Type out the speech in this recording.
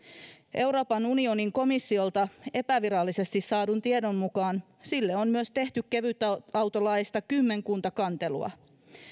euroopan unionin komissiolta epävirallisesti saadun tiedon mukaan sille on myös tehty kevytautolaista kymmenkunta kantelua